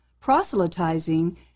proselytizing